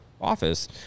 office